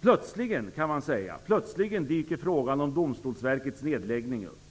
Plötsligt -- kan man säga -- dyker frågan om Domstolsverkets nedläggning upp.